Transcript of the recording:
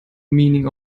meaning